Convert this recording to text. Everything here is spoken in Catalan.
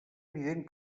evident